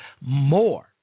more